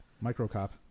Micro-Cop